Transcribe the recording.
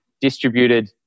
distributed